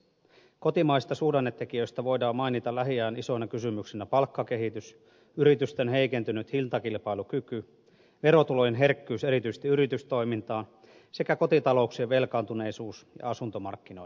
kotimaisista suhdannetekijöistä voidaan mainita lähiajan isoina kysymyksinä palkkakehitys yritysten heikentynyt hintakilpailukyky verotulojen herkkyys erityisesti yritystoiminnassa sekä kotitalouksien velkaantuneisuus ja asuntomarkkinoiden tilanne